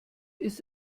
ist